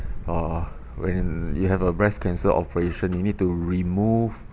uh when you have a breast cancer operation you need to remove